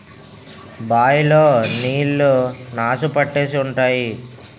bye లో నీళ్లు నాసు పట్టేసి ఉంటాయి